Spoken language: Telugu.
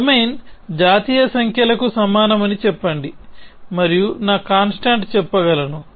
డొమైన్ జాతీయ సంఖ్యలకు సమానమని చెప్పండి మరియు నా కాన్స్ట్టాంట్ చెప్పగలను